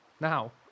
Now